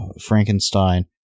Frankenstein